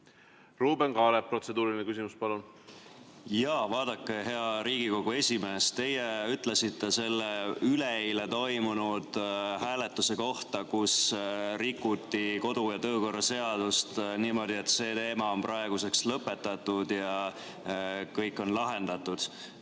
Ruuben Kaalep, protseduuriline küsimus, palun! Jaa, vaadake, hea Riigikogu esimees, teie ütlesite selle üleeile toimunud hääletuse kohta, kus rikuti kodu- ja töökorra seadust, niimoodi, et see teema on praeguseks lõpetatud ja kõik on lahendatud.